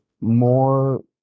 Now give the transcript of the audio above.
More